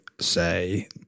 say